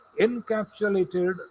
encapsulated